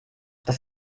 das